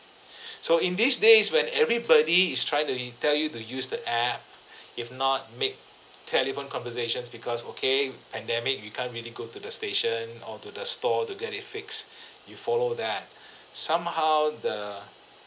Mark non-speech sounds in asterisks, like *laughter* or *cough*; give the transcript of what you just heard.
*breath* so in these days when everybody is trying to tell you to use the app *breath* if not make telephone conversations because okay pandemic we can't really go to the station or to the store to get it fixed *breath* you follow that *breath* somehow the